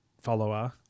follower